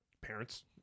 parents